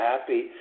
happy